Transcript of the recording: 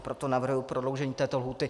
Proto navrhuji prodloužení této lhůty.